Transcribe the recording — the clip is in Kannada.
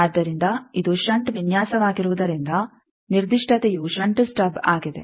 ಆದ್ದರಿಂದ ಇದು ಷಂಟ್ ವಿನ್ಯಾಸವಾಗಿರುವುದರಿಂದ ನಿರ್ದಿಷ್ಟತೆಯು ಷಂಟ್ ಸ್ಟಬ್ ಆಗಿದೆ